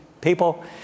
people